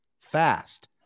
fast